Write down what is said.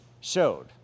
showed